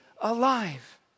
alive